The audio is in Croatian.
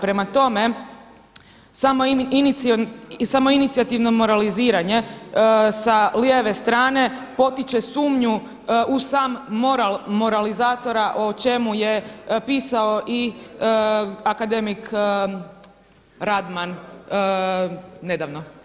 Prema tome, samoinicijativno moraliziranje sa lijeve strane potiče sumnju u sam moral moralizatora o čemu je pisao i akademik Radman nedavno.